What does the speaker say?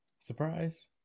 Surprise